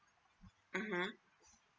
mmhmm